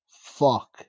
fuck